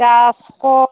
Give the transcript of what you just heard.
ᱪᱟᱥ ᱠᱚ